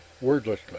wordlessly